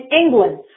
England